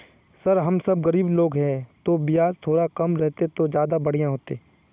sir हम सब गरीब लोग है तो बियाज थोड़ा कम रहते तो ज्यदा बढ़िया होते